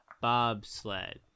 bobsled